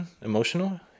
emotional